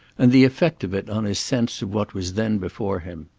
and the effect of it on his sense of what was then before him.